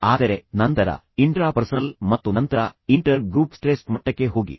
ಆದರೆ ನಂತರ ಇಂಟ್ರಾಪರ್ಸನಲ್ ಮತ್ತು ನಂತರ ಇಂಟರ್ ಗ್ರೂಪ್ ಸ್ಟ್ರೆಸ್ ಮಟ್ಟಕ್ಕೆ ಹೋಗಿ